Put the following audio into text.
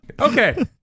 Okay